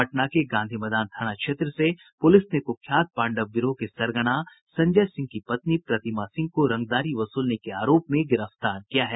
पटना के गांधी मैदान थाना क्षेत्र से पुलिस ने कुख्यात पांडव गिरोह के सरगना संजय सिंह की पत्नी प्रतिमा सिंह को रंगदारी वसूलने के आरोप में गिरफ्तार किया है